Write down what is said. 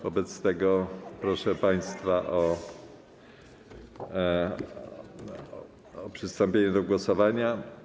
Wobec tego proszę państwa o przystąpienie do głosowania.